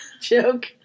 joke